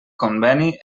conveni